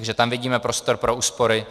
Takže tam vidíme prostor pro úspory.